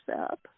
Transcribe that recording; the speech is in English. up